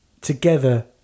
together